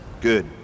Good